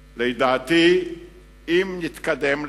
לדעתי, אם נתקדם לשלום,